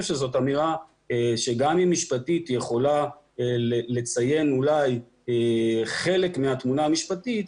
שזאת אמירה שגם אם משפטית היא יכולה לציין אולי חלק מהתמונה המשפטית,